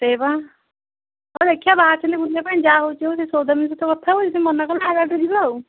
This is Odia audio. ସେଇଆ ପା ହଉ ଦେଖିବା ବାହାରିଚ୍ଛନ୍ତି ବୁଲିବା ପାଇଁ ଯାହା ହେଉଛି ହଉ ସେଇ ସୌଦାମିନି ସହିତ କଥା ହୁଅ ଯଦି ସିଏ ମନା କଲା ଏଇ ଗାଡ଼ିରେ ଯିବା ଆଉ